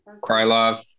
Krylov